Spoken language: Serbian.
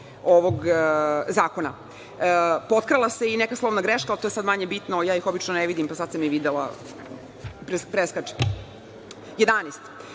ovog zakona. Potkrala se i neka slovna greška, ali to je sad manje bitno, obično ih ne vidim, pa, sad sam je videla, preskačem. Predlog